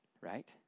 right